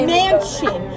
mansion